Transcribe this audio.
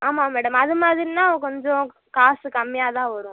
ஆமாம் மேடம் அதுமாதிரின்னா கொஞ்சம் காசு கம்மியாகதான் வரும்